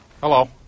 Hello